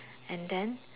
and then